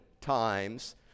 times